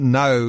no